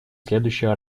следующий